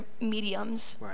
mediums